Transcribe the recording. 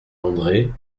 andré